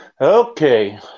Okay